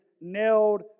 nailed